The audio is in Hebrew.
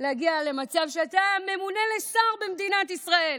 להגיע למצב שאתה ממונה לשר במדינת ישראל.